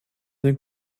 den